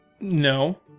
No